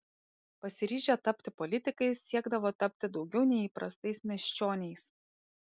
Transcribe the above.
pasiryžę tapti politikais siekdavo tapti daugiau nei įprastais miesčioniais